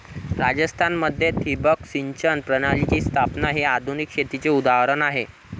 राजस्थान मध्ये ठिबक सिंचन प्रणालीची स्थापना हे आधुनिक शेतीचे उदाहरण आहे